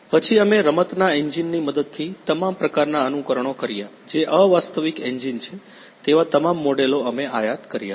પછી અમે રમતના એંજિનની મદદથી તમામ પ્રકારનાં અનુકરણો કર્યા જે અવાસ્તવિક એન્જિન છે તેવા તમામ મોડેલો અમે આયાત કર્યા છે